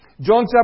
John